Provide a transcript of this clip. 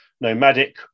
nomadic